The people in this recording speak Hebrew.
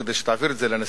כדי שתעביר את זה לנשיאות,